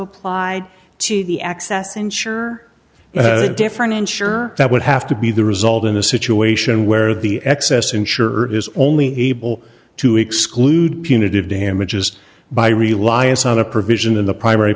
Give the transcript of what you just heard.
applied to the access ensure a different ensure that would have to be the result in a situation where the excess insured is only able to exclude punitive damages by reliance on a provision in the primary